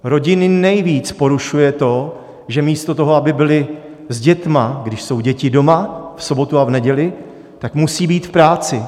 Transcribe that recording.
Rodiny nejvíc porušuje to, že místo toho, aby byly s dětmi, když jsou děti doma v sobotu a v neděli, tak musejí být v práci.